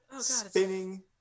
spinning